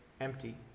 empty